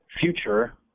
future